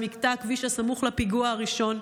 במקטע הכביש הסמוך לפיגוע הראשון.